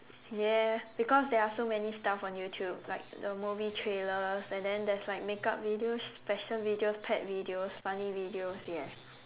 yes because there are so many stuff on YouTube like the movie trailers and then there is like makeup videos fashion videos pet videos funny videos yes